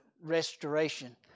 restoration